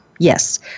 Yes